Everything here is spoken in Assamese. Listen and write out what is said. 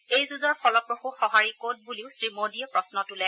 এই যুঁজৰ ফলপ্ৰসূ সঁহাৰি ক'ত বুলিও শ্ৰীমোডীয়ে প্ৰশ্ন তোলে